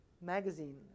magazine